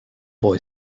boy